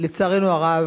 לצערנו הרב,